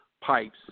pipes